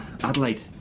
Adelaide